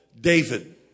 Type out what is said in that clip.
David